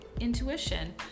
intuition